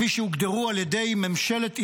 כפי שהוגדרו על ידי ממשלת ישראל,